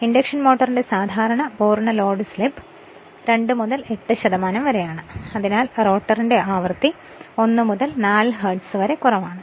induction മോട്ടോറിന്റെ സാധാരണ പൂർണ്ണ ലോഡ് സ്ലിപ്പ് 2 മുതൽ 8 വരെയാണ് അതിനാൽ റോട്ടറിന്റെ ആവൃത്തി 1 മുതൽ 4 ഹെർട്സ് വരെ കുറവാണ്